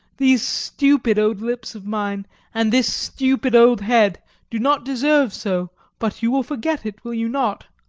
these stupid old lips of mine and this stupid old head do not deserve so but you will forget it, will you not?